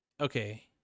okay